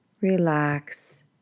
relax